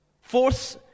Fourth